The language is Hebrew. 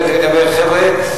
הוא אמר: חבר'ה,